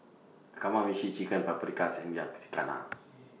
Kamameshi Chicken Paprikas and Yakizakana